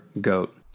goat